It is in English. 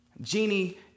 Genie